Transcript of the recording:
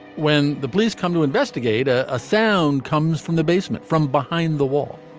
when the police come to investigate a ah sound comes from the basement from behind the wall.